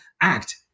act